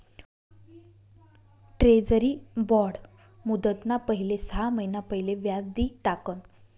treasury bond मुदतना पहिले सहा महिना पहिले व्याज दि टाकण